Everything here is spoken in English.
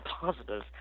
positive